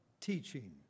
teaching